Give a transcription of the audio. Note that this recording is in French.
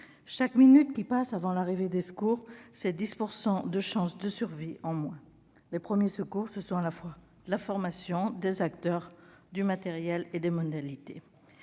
Chaque minute qui passe avant l'arrivée des secours, c'est 10 % de chances de survie en moins. Les premiers secours, c'est à la fois une formation, des acteurs, du matériel et des modalités.